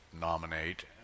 nominate